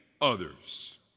others